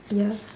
ya